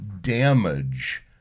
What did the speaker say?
damage